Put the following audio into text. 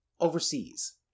overseas